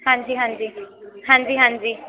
ਹਾਂਜੀ ਹਾਂਜੀ ਹਾਂਜੀ ਹਾਂਜੀ